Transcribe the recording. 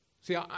See